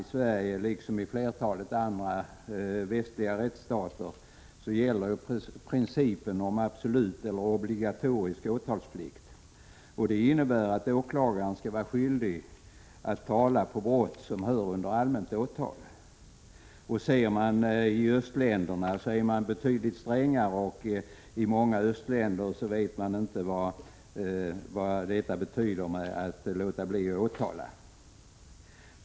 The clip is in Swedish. I Sverige, liksom i flertalet andra västliga rättsstater, gäller principen om absolut eller obligatorisk åtalsplikt. Det innebär att åklagaren skall vara skyldig att tala å brott som hör under allmänt åtal. I östländerna är man betydligt strängare. I många av dessa länder vet man inte vad det betyder att låta bli att åtala.